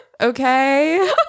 Okay